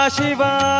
Shiva